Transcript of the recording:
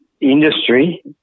industry